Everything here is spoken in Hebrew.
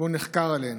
והוא נחקר עליהן.